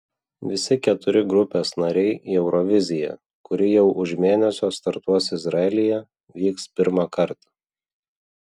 visi keturi grupės nariai į euroviziją kuri jau už mėnesio startuos izraelyje vyks pirmąkart